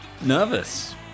Nervous